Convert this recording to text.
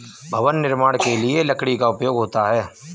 भवन निर्माण के लिए लकड़ी का उपयोग होता है